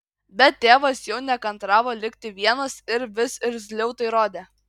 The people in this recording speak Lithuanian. bet tėvas jau nekantravo likti vienas ir vis irzliau tai rodė